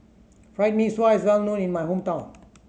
Fried Mee Sua is well known in my hometown